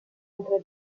entre